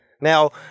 Now